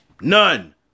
None